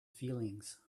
feelings